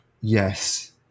yes